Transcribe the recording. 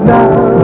now